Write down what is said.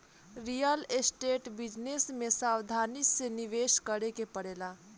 real estate business में सावधानी से निवेश करे के पड़ेला